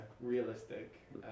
realistic